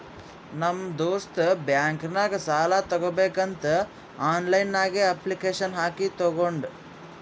ನಮ್ ದೋಸ್ತ್ ಬ್ಯಾಂಕ್ ನಾಗ್ ಸಾಲ ತಗೋಬೇಕಂತ್ ಆನ್ಲೈನ್ ನಾಗೆ ಅಪ್ಲಿಕೇಶನ್ ಹಾಕಿ ತಗೊಂಡ್